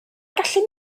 gallu